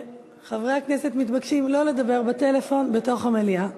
חברי הכנסת מתבקשים לא לדבר בטלפון בתוך המליאה.